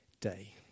day